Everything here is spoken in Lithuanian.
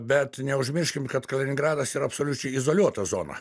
bet neužmirškim kad kaliningradas yra absoliučiai izoliuota zona